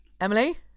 Emily